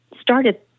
started